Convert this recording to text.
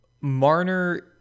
Marner